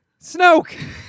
Snoke